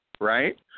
right